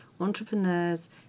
entrepreneurs